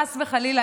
חס וחלילה,